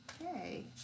Okay